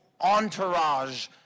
entourage